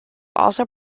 also